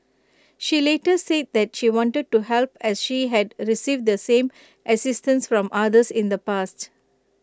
she later said that she wanted to help as she had received the same assistance from others in the past